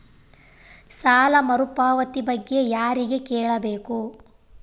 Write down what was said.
ಸಾಲ ಮರುಪಾವತಿ ಬಗ್ಗೆ ಯಾರಿಗೆ ಕೇಳಬೇಕು?